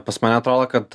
pas mane atrodo kad